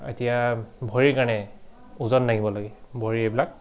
এতিয়া ভৰিৰ কাৰণে ওজন দাঙিব লাগে ভৰি এইবিলাক